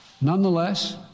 Nonetheless